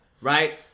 right